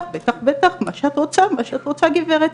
מה שאת רוצה גברת".